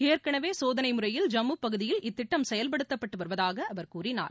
ஏற்களவே சோதனை முறையில் ஜம்மு பசூதியில் இத்திட்டம் செயல்படுத்தப்பட்டு வருவதாக அவர் கூறினார்